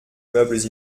meubles